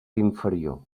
inferior